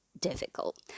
difficult